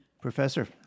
Professor